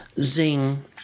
Zing